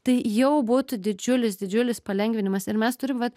tai jau būtų didžiulis didžiulis palengvinimas ir mes turim vat